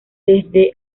desde